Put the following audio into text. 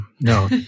no